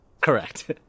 Correct